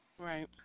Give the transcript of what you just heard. Right